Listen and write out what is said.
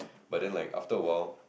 but then like after a while